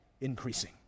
increasing